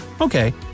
Okay